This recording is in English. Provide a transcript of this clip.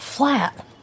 Flat